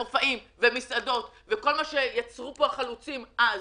עם מסעדות ועם כל מה שיצרו פה החלוצים אז,